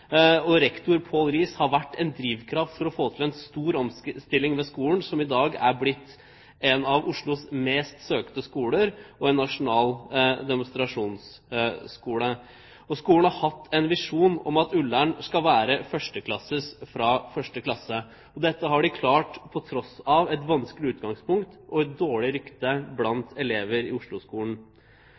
som i dag er blitt en av Oslos mest søkte skoler, og en nasjonal demonstrasjonsskole. Skolen har hatt en visjon om at Ullern skal være førsteklasses fra første klasse. Dette har de klart, på tross av et vanskelig utgangspunkt og et dårlig rykte blant elever i osloskolen.